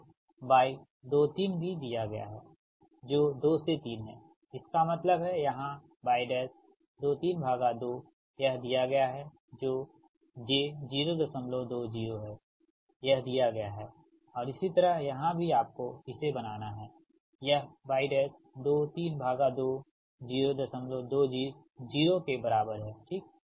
और Y 23 भी दिया गया है जो 2 से 3 है इसका मतलब है यहाँ y232 यह दिया गया है जो j 020 है यह दिया गया है और इसी तरह यहाँ भी आपको इसे बनाना है यह y232 020 के बराबर है ठीक